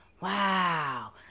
wow